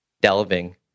delving